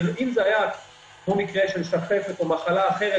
אם זה היה כמו מקרה של שחפת או מחלה אחרת,